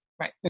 Right